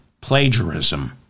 plagiarism